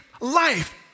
life